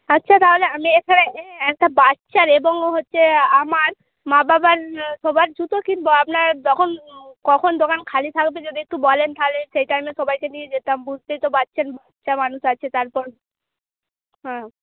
আচ্ছা তাহলে আমি এখানে একটা বাচ্চার এবং হচ্ছে আমার মা বাবার সবার জুতো কিনবো আপনার কখন দোকান খালি থাকবে যদি একটু বলেন তাহলে সেই টাইমে সবাইকে নিয়ে যেতাম বুঝতেই তো পারছেন বাচ্চা মানুষ আছে তারপর হ্যাঁ